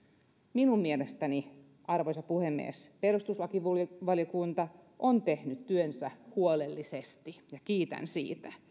minun mielestäni arvoisa puhemies perustuslakivaliokunta on tehnyt työnsä huolellisesti ja kiitän siitä